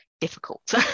difficult